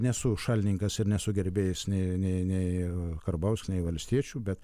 nesu šalininkas ir nesu gerbėjas nei nei nei karbauskio nei valstiečių bet